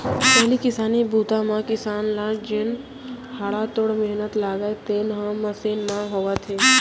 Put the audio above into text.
पहिली किसानी बूता म किसान ल जेन हाड़ा तोड़ मेहनत लागय तेन ह मसीन म होवत हे